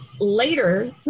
later